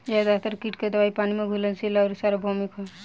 ज्यादातर कीट के दवाई पानी में घुलनशील आउर सार्वभौमिक ह?